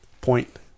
Point